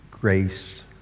grace